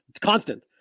constant